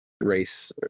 race